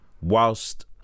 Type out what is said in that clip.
whilst